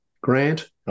Grant